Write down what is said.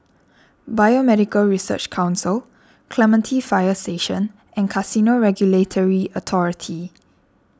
Biomedical Research Council Clementi Fire Station and Casino Regulatory Authority